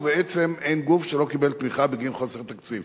ובעצם אין גוף שלא קיבל תמיכה בגין חוסר תקציב.